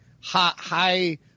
high